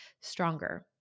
stronger